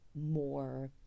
more